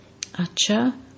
Acha